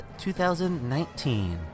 2019